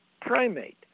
primate